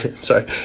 Sorry